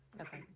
Okay